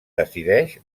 decideix